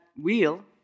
wheel